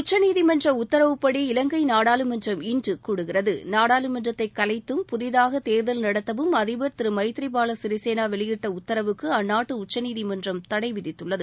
உச்சநீதிமன்ற உத்தரவுப்படி இலங்கை நாடாளுமன்றம் இன்று கூடுகிறது நாடாளுமன்றத்தை கலைத்தும் புதிதாக தேர்தல் நடத்தவும் அதிபர் திரு மைத்ரிபால சிறிசேனா வெளியிட்ட உத்தரவுக்கு அந்நாட்டு உச்சநீதிமன்றம் தடை விதித்துள்ளது